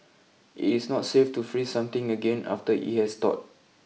it is not safe to freeze something again after it has thawed